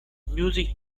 music